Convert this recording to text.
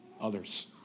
others